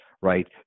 right